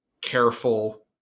careful